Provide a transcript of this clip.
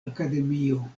akademio